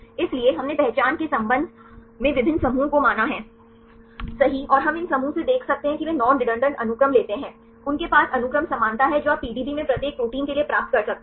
इसलिए हमने पहचान के संबंध में विभिन्न समूहों को माना है सही और हम इन समूहों से देख सकते हैं कि वे नॉन रेडंडान्त अनुक्रम लेते हैं उनके पास अनुक्रम समानता है जो आप पीडीबी में प्रत्येक प्रोटीन के लिए प्राप्त कर सकते हैं